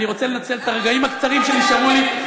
אני רוצה לנצל את הרגעים הקצרים שנשארו לי,